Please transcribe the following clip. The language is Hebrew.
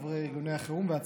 דובר ארגוני חירום והצלה,